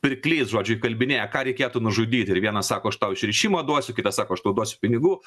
pirklys žodžiu įkalbinėja ką reikėtų nužudyti ir vienas sako aš tau išrišimą duosiu kitas sako aš tau duosiu pinigų